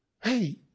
Hey